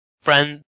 friend